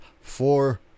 Four